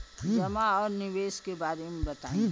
जमा और निवेश के बारे मे बतायी?